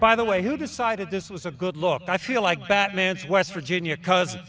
by the way who decided this was a good look i feel like batman's west virginia because